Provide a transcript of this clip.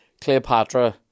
Cleopatra